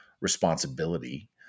responsibility